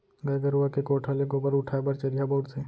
गाय गरूवा के कोठा ले गोबर उठाय बर चरिहा बउरथे